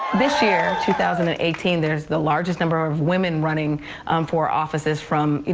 this year, two thousand and eighteen, there's the largest number of women running for offices from, you